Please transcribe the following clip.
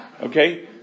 Okay